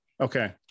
okay